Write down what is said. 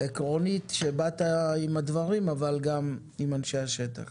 עקרונית שבאת עם הדברים אבל גם עם אנשי השטח.